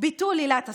ביטול עילת הסבירות,